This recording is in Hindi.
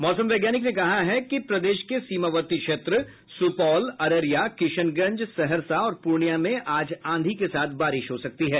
मौसम वैज्ञानिक ने कहा है कि प्रदेश के सीमावर्ती क्षेत्र सुपौल अररिया किशनगंज सहरसा और पूर्णियां में आज आंधी के साथ बारिश हो सकती है